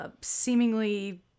Seemingly